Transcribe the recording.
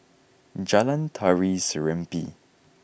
Jalan Tari Serimpi